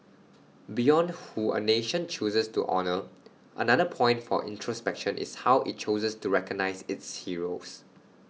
beyond who A nation chooses to honour another point for introspection is how IT chooses to recognise its heroes